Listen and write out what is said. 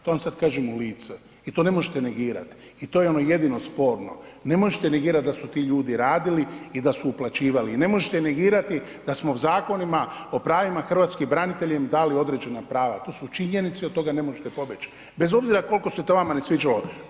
To vam sada kažem u lice i to ne možete negirati i to je ono jedino sporno, ne možete negirati da su ti ljudi radili i da su uplaćivali i ne možete negirati da smo zakonima o pravima hrvatskih branitelja dali im određena prava, to su činjenice i od toga ne možete pobjeći, bez obzira koliko se to vama ne sviđalo.